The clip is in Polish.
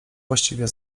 właściwie